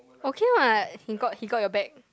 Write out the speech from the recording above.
okay what he got he got your back